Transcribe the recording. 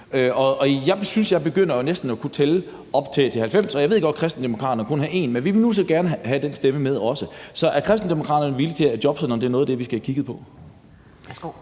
Og jeg synes næsten, jeg begynder at kunne tælle til 90 nu, og jeg ved godt, at Kristendemokraterne kun har 1 mandat, men vi vil så gerne have den stemme med også, så er Kristendemokraterne enige i, at jobcentrene er noget af det, vi skal have kigget på?